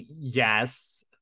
yes